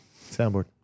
Soundboard